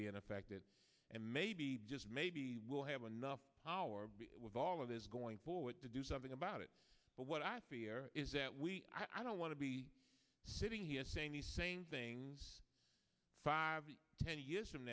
being affected and maybe just maybe we'll have enough power be with all of this going forward to do something about it but what i fear is that we i don't want to be sitting here saying the same things five ten years from